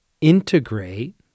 integrate